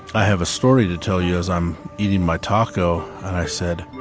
i have a story to tell you. as i'm eating my taco, and i said,